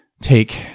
take